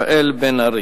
חבר הכנסת מיכאל בן-ארי.